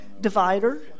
divider